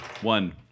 One